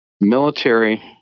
military